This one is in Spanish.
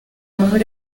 mejor